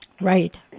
Right